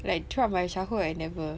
like throughout my childhood I never